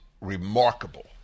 remarkable